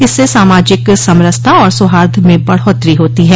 इससे सामाजिक समरसता और सौहार्द में बढ़ोत्तरी होती है